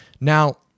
Now